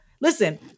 listen